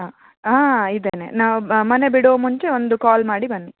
ಹಾಂ ಹಾಂ ಇದ್ದಾನೆ ನಾವು ಮನೆ ಬಿಡೋ ಮುಂಚೆ ಒಂದು ಕಾಲ್ ಮಾಡಿ ಬನ್ನಿ